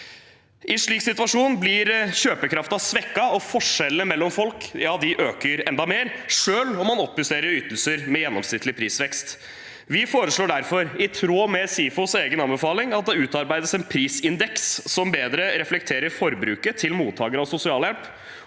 en slik situasjon blir kjøpekraften svekket, og forskjellene mellom folk øker enda mer, selv om man oppjusterer ytelser med gjennomsnittlig prisvekst. Vi foreslår derfor, i tråd med SIFOs egen anbefaling, at det utarbeides en prisindeks som bedre reflekterer forbruket til mottakere av sosialhjelp